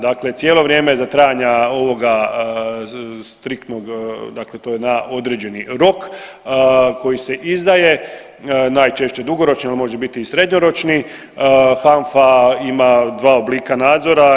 Dakle, cijelo vrijeme za trajanja ovog striktnog, dakle to je na određeni rok koji se izdaje najčešće dugoročni, on može biti i srednjoročni HANFA ima dva oblika nadzora.